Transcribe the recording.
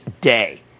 day